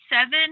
Seven